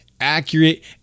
accurate